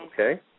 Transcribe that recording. Okay